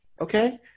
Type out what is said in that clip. Okay